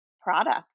product